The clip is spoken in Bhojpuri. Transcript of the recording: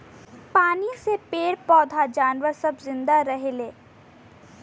पानी से पेड़ पौधा जानवर सब जिन्दा रहेले